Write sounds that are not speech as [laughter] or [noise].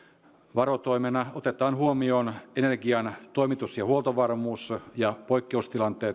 varotoimena otetaan huomioon energian toimitus ja huoltovarmuus ja poikkeustilanteet [unintelligible]